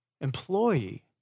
employee